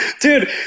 Dude